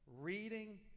reading